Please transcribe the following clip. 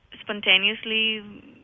spontaneously